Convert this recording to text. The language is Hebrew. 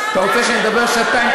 אתה רוצה שאני אדבר שעתיים?